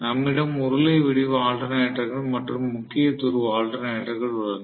நம்மிடம் உருளை வடிவ ஆல்டர்நெட்டர்கள் மற்றும் முக்கிய துருவ ஆல்டர்நெட்டர்கள் உள்ளன